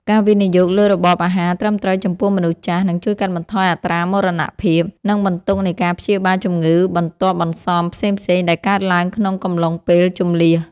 ការវិនិយោគលើរបបអាហារត្រឹមត្រូវចំពោះមនុស្សចាស់ នឹងជួយកាត់បន្ថយអត្រាមរណភាព និងបន្ទុកនៃការព្យាបាលជំងឺបន្ទាប់បន្សំផ្សេងៗដែលកើតឡើងក្នុងកំឡុងពេលជម្លៀស។